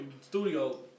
Studio